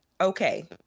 okay